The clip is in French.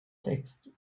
textes